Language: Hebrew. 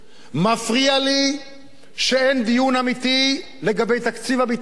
מפריע לי שאין דיון אמיתי לגבי תקציב הביטחון.